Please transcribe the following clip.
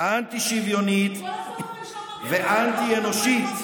אנטי-שוויונית ואנטי-אנושית.